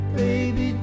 baby